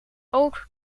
ook